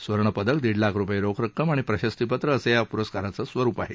सुवर्णपदक दीड लाख रुपये रोख रक्कम आणि प्रशस्तीपत्र असं या प्रस्काराचं स्वरूप आहे